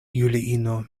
juliino